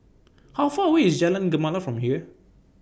How Far away IS Jalan Gemala from here